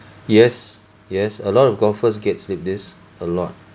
yes yes a lot of golfers get slipped disc a lot